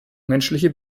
menschliche